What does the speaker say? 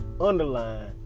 Underline